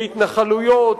בהתנחלויות,